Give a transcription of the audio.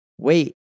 wait